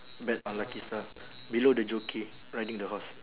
bet on lucky star below the jockey riding the horse